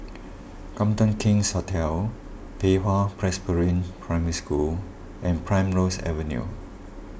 Copthorne King's Hotel Pei Hwa Presbyterian Primary School and Primrose Avenue